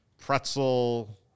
pretzel